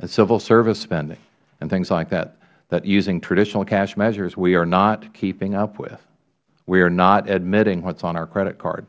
and civil service spending and things like that that using traditional cash measures we are keeping up with we are not admitting what is on our c